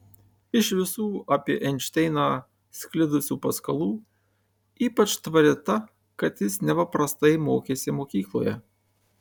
iš visų apie einšteiną sklidusių paskalų ypač tvari ta kad jis neva prastai mokėsi mokykloje